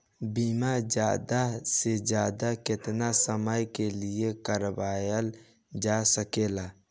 बीमा ज्यादा से ज्यादा केतना समय के लिए करवायल जा सकेला?